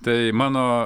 tai mano